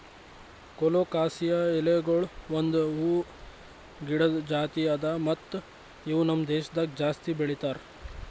colocasia ಎಲಿಗೊಳ್ ಒಂದ್ ಹೂವು ಗಿಡದ್ ಜಾತಿ ಅದಾ ಮತ್ತ ಇವು ನಮ್ ದೇಶದಾಗ್ ಜಾಸ್ತಿ ಬೆಳೀತಾರ್